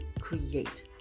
Create